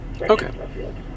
Okay